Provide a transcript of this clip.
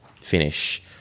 finish